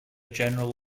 general